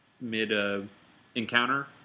mid-encounter